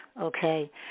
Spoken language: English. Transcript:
okay